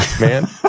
man